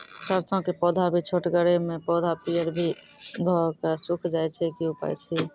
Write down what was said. सरसों के पौधा भी छोटगरे मे पौधा पीयर भो कऽ सूख जाय छै, की उपाय छियै?